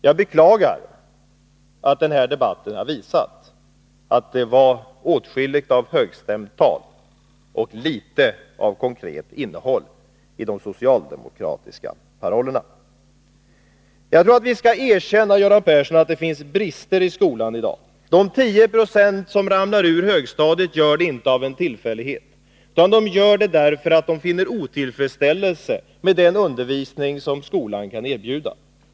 Jag beklagar att den här debatten har visat att det var åtskilligt av högstämt tal och litet av konkret innehåll i de socialdemokratiska parollerna. Jag tror att vi skall erkänna, Göran Persson, att det finns brister i skolan i dag. De 10 96 som ramlar ur högstadiet gör det inte av en tillfällighet, utan de gör det därför att de finner otillfredsställelse med den undervisning som skolan kan erbjuda.